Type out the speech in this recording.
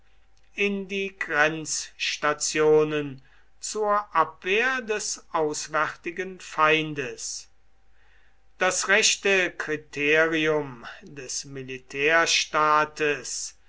in die grenzstationen zur abwehr des auswärtigen feindes das rechte kriterium des